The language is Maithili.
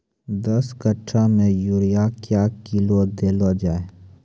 दस कट्ठा मे यूरिया क्या किलो देलो जाय?